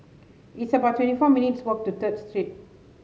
it's about twenty four minutes' walk to Third Street